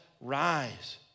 rise